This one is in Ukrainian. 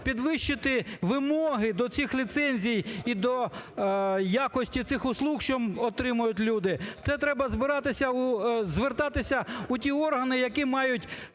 підвищити вимоги до цих ліцензій і до якості цих послуг, що отримують люди, це треба збиратися, звертатися у ті органи, які мають